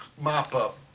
mop-up